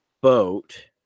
boat